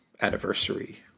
anniversary